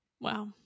Wow